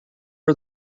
are